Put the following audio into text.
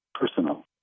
personal